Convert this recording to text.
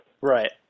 Right